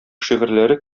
шигырьләре